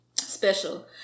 special